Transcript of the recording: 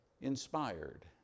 inspired